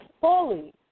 fully